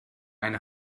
eine